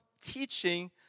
teaching